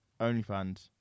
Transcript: OnlyFans